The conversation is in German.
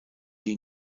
die